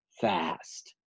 fast